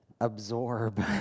absorb